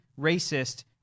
racist